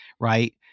Right